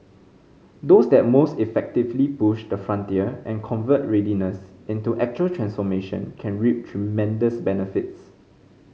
those that most effectively push the frontier and convert readiness into actual transformation can reap tremendous benefits